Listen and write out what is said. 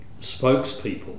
spokespeople